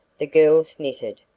the girls knitted,